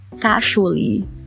casually